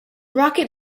rocket